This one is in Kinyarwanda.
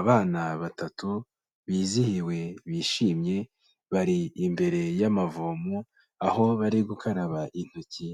Abana batatu bizihiwe bishimye, bari imbere y'amavomo, aho bari gukaraba intoki